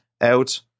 out